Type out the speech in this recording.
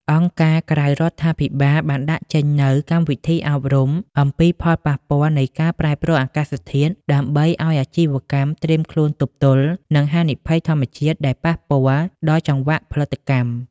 អង្គការក្រៅរដ្ឋាភិបាលបានដាក់ចេញនូវកម្មវិធីអប់រំអំពីផលប៉ះពាល់នៃការប្រែប្រួលអាកាសធាតុ ដើម្បីឱ្យអាជីវកម្មត្រៀមខ្លួនទប់ទល់នឹងហានិភ័យធម្មជាតិដែលប៉ះពាល់ដល់ចង្វាក់ផលិតកម្ម។